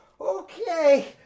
okay